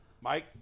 Mike